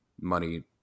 money